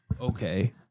Okay